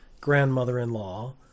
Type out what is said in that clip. grandmother-in-law